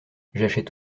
j’achète